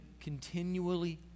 continually